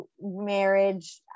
marriage